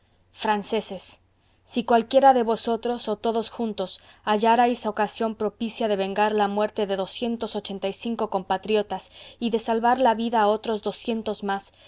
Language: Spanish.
franceses si cualquiera de vosotros o todos juntos hallarais ocasión propicia de vengar la muerte de doscientos ochenta y cinco compatriotas y de salvar la vida a otros doscientos más